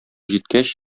җиткәч